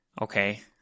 Okay